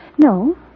No